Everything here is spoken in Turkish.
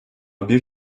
bir